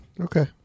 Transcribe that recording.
Okay